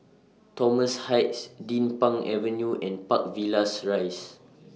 Thomson Heights Din Pang Avenue and Park Villas Rise